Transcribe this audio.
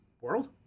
world